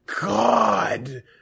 God